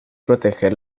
proteger